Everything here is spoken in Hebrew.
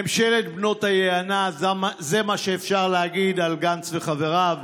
ממשלת בנות היענה, זה מה שאפשר להגיד על גנץ וחבריו.